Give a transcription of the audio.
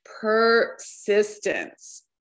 persistence